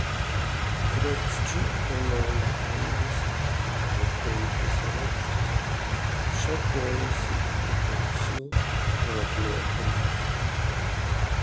grakščių kolonų eilės per penkis aukštus šakojosi iki tamsių gruoblėtų lubų